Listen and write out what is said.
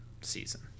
season